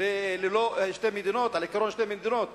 ללא עיקרון של שתי מדינות,